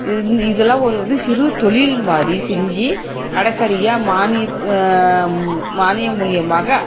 இது இதல்லாம் ஒரு வந்து சிறு தொழில் மாதிரி செஞ்சு கடை கடையாக மானிய மானிய மூலிமாக